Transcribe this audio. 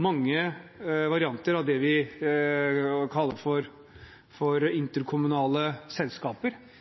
mange varianter av det vi kaller for interkommunale selskaper.